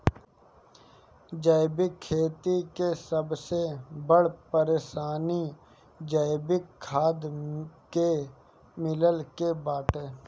जैविक खेती के सबसे बड़ परेशानी जैविक खाद के मिलला के बाटे